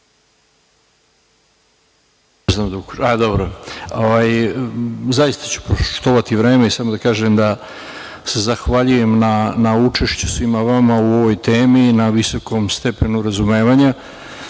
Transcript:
**Radomir Dmitrović** Zaista ću poštovati vreme. Samo da kažem da se zahvaljujem na učešću svima vama u ovoj temi i na visokom stepenu razumevanja